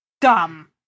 dumb